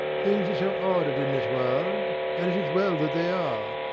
things are so ordered in this world and it is well that they are.